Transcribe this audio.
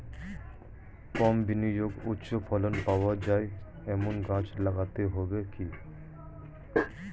কম বিনিয়োগে উচ্চ ফলন পাওয়া যায় এমন গাছ লাগাতে হবে কি?